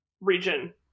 region